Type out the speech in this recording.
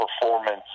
performance